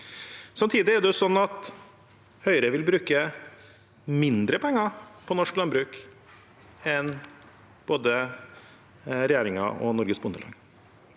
at Høyre vil bruke mindre penger på norsk landbruk enn både regjeringen og Norges Bondelag.